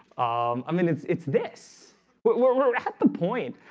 um i mean, it's it's this we're we're at the point.